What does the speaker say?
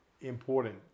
important